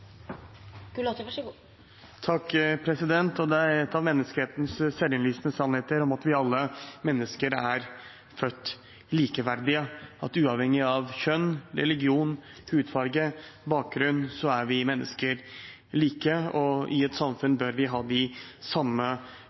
av menneskehetens selvinnlysende sannheter at alle vi mennesker er født likeverdige – at uavhengig av kjønn, religion, hudfarge og bakgrunn er vi mennesker like, og i et samfunn bør vi ha de samme